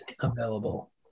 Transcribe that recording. available